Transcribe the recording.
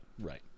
right